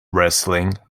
wrestling